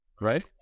right